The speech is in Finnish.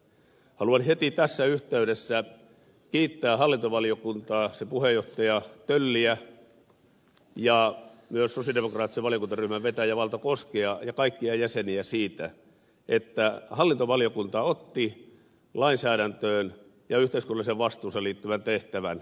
haluan heti tässä yhteydessä kiittää hallintovaliokuntaa sen puheenjohtaja tölliä ja myös sosialidemokraattisen valiokuntaryhmän vetäjää valto koskea ja kaikkia jäseniä siitä että hallintovaliokunta otti lainsäädäntöön ja yhteiskunnalliseen vastuuseensa liittyvän tehtävän